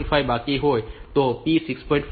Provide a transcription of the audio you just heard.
5 બાકી હોય તો p 6